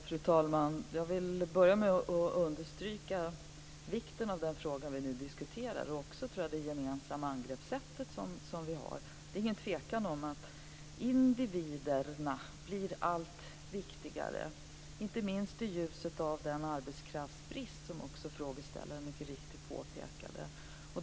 Fru talman! Jag vill börja med att understryka vikten av den fråga som vi nu diskuterar och också, tror jag, vårt gemensamma angreppsätt. Det är ingen tvekan om att individerna blir allt viktigare, inte minst i ljuset av den arbetskraftsbrist som frågeställaren också mycket riktigt påpekade.